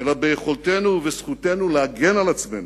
אלא ביכולתנו ובזכותנו להגן על עצמנו,